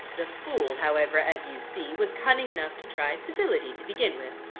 the fool, however, as you see, was cunning enough to try civility to begin with.